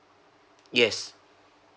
yes